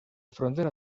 frontera